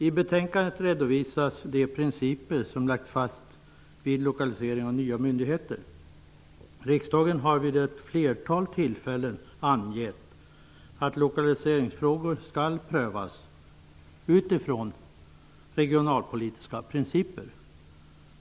I betänkandet redovisas de principer som lagts fast vid lokalisering av nya myndigheter. Riksdagen har vid ett flertal tillfällen angett att lokaliseringsfrågor skall prövas utifrån regionalpolitiska principer.